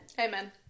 Amen